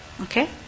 Okay